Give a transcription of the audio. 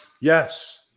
Yes